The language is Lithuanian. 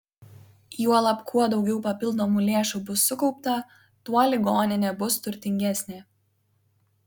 juolab kuo daugiau papildomų lėšų bus sukaupta tuo ligoninė bus turtingesnė